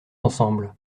ensemble